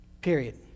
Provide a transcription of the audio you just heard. period